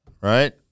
right